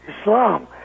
Islam